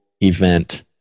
event